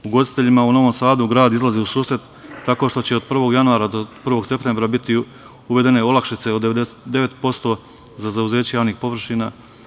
Ugostiteljima u Novom Sadu grad izlazi u susret tako što će od 1. januara do 1. septembra biti uvedene olakšice od 99% za zauzeće javnih površina.